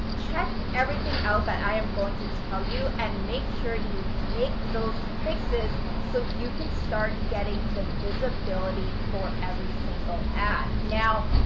check everything out that i am going to tell you, and make sure you make those fixes so you can start getting the visibility for every single ad. now,